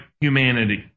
humanity